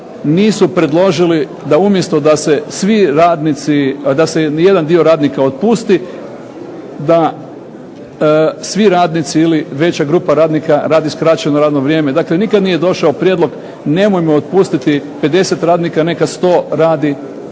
nisu predložili da umjesto da se ni jedan dio radnika otpusti, da svi radnici ili veća grupa radnika radi skraćeno radno vrijeme, dakle nikada nije došao prijedlog nemoj me otpustiti, 50 radnika neka 100 radi